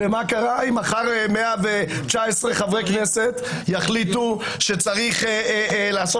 ומה יקרה אם מחר 119 חברי כנסת יחליטו שצריך לעשות